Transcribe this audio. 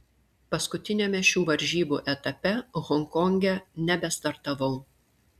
paskutiniame šių varžybų etape honkonge nebestartavau